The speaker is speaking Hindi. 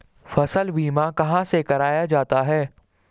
फसल बीमा कहाँ से कराया जाता है?